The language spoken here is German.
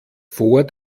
vor